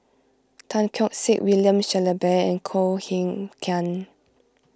Tan Keong Saik William Shellabear and Koh Eng Kian